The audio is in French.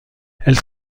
elles